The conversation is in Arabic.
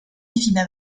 فيما